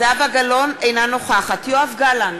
אינה נוכחת יואב גלנט,